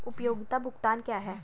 उपयोगिता भुगतान क्या हैं?